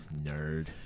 nerd